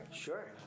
sure